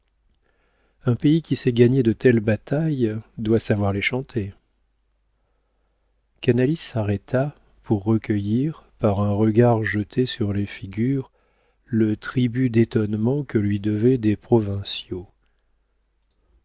un pays qui sait gagner de telles batailles doit savoir les chanter canalis s'arrêta pour recueillir par un regard jeté sur les figures le tribut d'étonnement que lui devaient des provinciaux